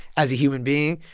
as a human being,